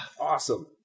Awesome